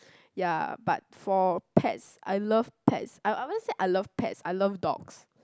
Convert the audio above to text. ya but for pets I love pets I I won't say I love pets I love dogs